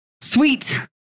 sweet